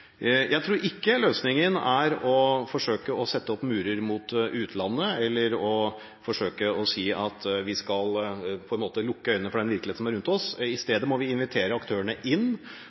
Jeg tror ikke løsningen er å forsøke å sette opp murer mot utlandet eller å si at vi skal lukke øynene for den virkeligheten som er rundt oss. I stedet må vi invitere aktørene inn